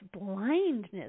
blindness